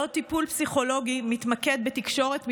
בעוד טיפול פסיכולוגי מתמקד בתקשורת מילולית,